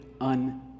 un-